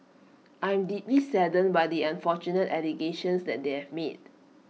I am deeply saddened by the unfortunate allegations that they have made